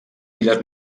illes